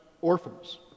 orphans